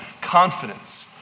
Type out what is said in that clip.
confidence